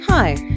Hi